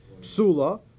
Psula